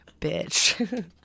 bitch